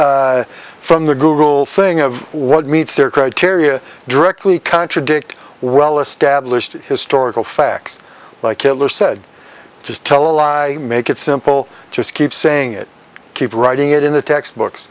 from the google thing of what meets their criteria directly contradict well established historical facts like hitler said just tell a lie make it simple just keep saying it keep writing it in the textbooks